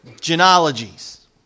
genealogies